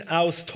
aus